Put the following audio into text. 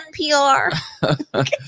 NPR